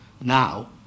now